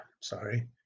sorry